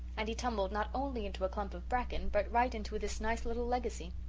and he tumbled not only into a clump of bracken, but right into this nice little legacy.